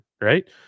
right